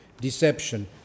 deception